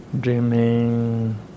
dreaming